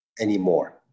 anymore